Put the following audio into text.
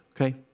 Okay